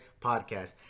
podcast